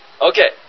Okay